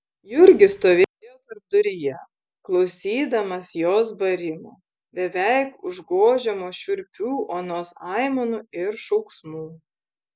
jurgis stovėjo tarpduryje klausydamas jos barimo beveik užgožiamo šiurpių onos aimanų ir šauksmų